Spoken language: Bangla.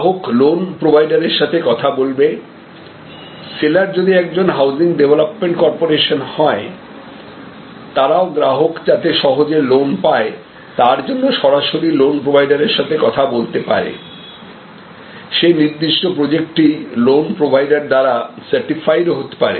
গ্রাহক লোন প্রোভাইডারের সঙ্গে কথা বলবে সেলার যদি একজন হাউসিং ডেভলপমেন্ট কর্পোরেশন হয় তারাও গ্রাহক যাতে সহজে লোন পায় তার জন্য সরাসরি লোন প্রোভাইডার এর সঙ্গে কথা বলতে পারেসেই নির্দিষ্ট প্রজেক্টটি লোন প্রোভাইডার দ্বারা সার্টিফাইড হতে পারে